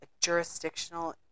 jurisdictional